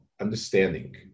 understanding